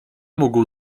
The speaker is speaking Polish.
mógł